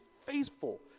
faithful